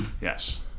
Yes